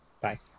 Bye